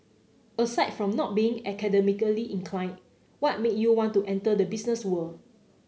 aside from not being academically inclined what made you want to enter the business world